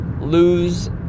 lose